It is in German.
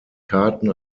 karten